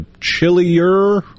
chillier